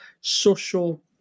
social